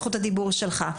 זכות הדיבור שלך.